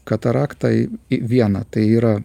kataraktai į vieną tai yra